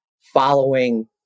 following